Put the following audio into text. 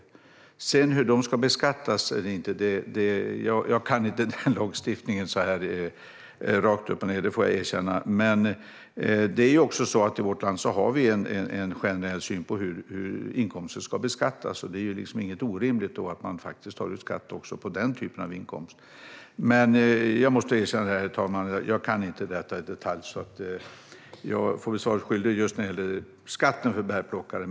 Lagstiftningen för hur de ska beskattas eller inte kan jag inte rakt upp och ned. Men i vårt land har vi en generell syn på hur inkomster ska beskattas. Då är det inte orimligt att man tar ut skatt också på den typen av inkomst. Herr talman! Jag måste erkänna att jag inte kan detta i detalj. Jag får bli svaret skyldig just när det gäller skatten för bärplockare.